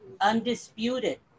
undisputed